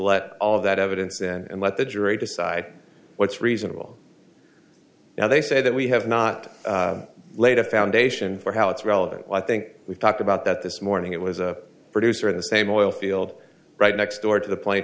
let all of that evidence and let the jury decide what's reasonable now they say that we have not laid a foundation for how it's relevant i think we talked about that this morning it was a producer at the same oil field right next door to the pla